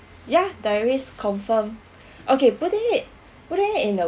ya there is confirm okay putting it putting it in a